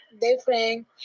different